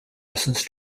lessons